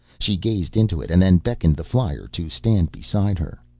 she gazed into it and then beckoned the flyer to stand beside her.